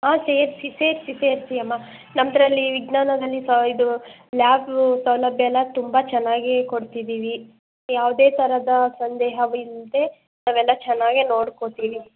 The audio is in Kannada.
ಹಾಂ ಸೇರಿಸಿ ಸೇರಿಸಿ ಸೇರಿಸಿ ಅಮ್ಮಾ ನಮ್ದ್ರಲ್ಲಿ ವಿಜ್ಞಾನದಲ್ಲಿ ಸ ಇದು ಲ್ಯಾಬು ಸೌಲಭ್ಯ ಎಲ್ಲ ತುಂಬ ಚೆನ್ನಾಗಿ ಕೊಡ್ತಿದ್ದೀವಿ ಯಾವುದೇ ಥರದ ಸಂದೇಹವಿಲ್ಲದೆ ನಾವೆಲ್ಲ ಚೆನ್ನಾಗೇ ನೋಡ್ಕೊತೀವಿ